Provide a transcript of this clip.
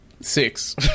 six